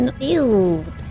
Ew